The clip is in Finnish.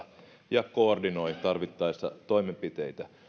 ja koordinoi tarvittaessa toimenpiteitä